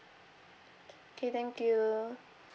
okay thank you